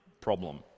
problem